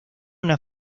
una